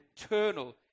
eternal